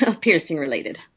piercing-related